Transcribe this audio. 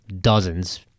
dozens